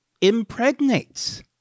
impregnates